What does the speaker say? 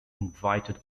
invited